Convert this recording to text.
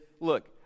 look